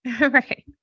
Right